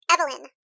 Evelyn